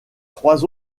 trois